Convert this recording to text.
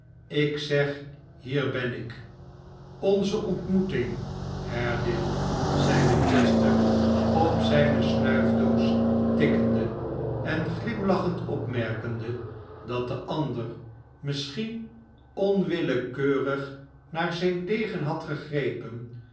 ik zeg hier ben ik onze ontmoeting haredale zeide chester op zijne snuifdoos tikkende en glimlachend opmerkende dat de ander misschien onwillekeung naar zijn degen had gegrepen